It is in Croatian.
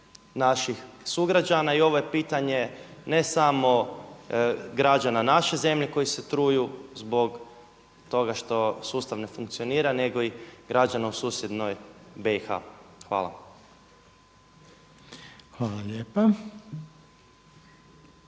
naših sugrađana. I ovo je pitanje ne samo građana naše zemlje koji se truju zbog toga što sustav ne funkcionira, nego i građana u susjednoj BiH. Hvala. **Reiner,